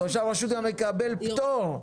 תושב הרשות מקבל פטור מתשלום.